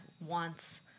wants